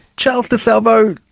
charles de salvo,